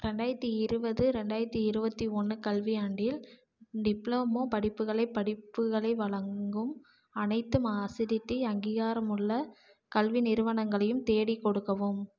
ரெண்டாயிரத்தி இருபது ரெண்டாயிரத்தி இருபத்தி ஒன்று கல்வியாண்டில் டிப்ளமா படிப்புகளை படிப்புகளை வழங்கும் அனைத்து ம அசிடிட்டி அங்கீகாரமுள்ள கல்வி நிறுவனங்களையும் தேடிக் கொடுக்கவும்